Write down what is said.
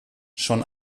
schon